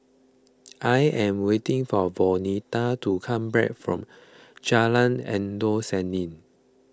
I am waiting for Vonetta to come back from Jalan Endut Senin